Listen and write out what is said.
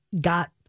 got